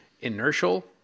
inertial